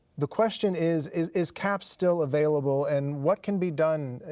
the question is, is is cap still available and what can be done?